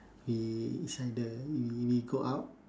eh it's like the we we go out